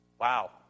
Wow